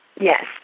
yes